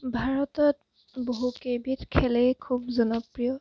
ভাৰতত বহু কেইবিধ খেলেই খুব জনপ্ৰিয়